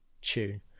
tune